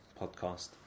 podcast